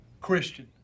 Christian